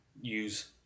use